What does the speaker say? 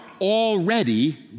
already